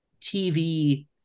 TV